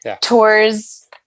tours